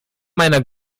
meiner